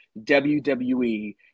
wwe